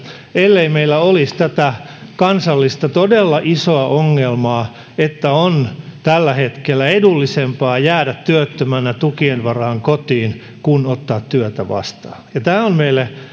ellei meillä olisi tätä kansallista todella isoa ongelmaa että on tällä hetkellä edullisempaa jäädä työttömänä tukien varaan kotiin kuin ottaa työtä vastaan tämä on meille